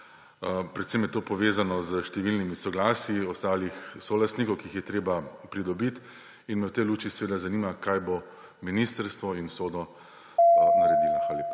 Predvsem je to povezano s številnimi soglasji ostalih solastnikov, ki jih je treba pridobiti. V tej luči me seveda zanima: Kaj bosta ministrstvo in SODO naredila? Hvala